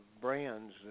brands